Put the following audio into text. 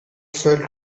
fell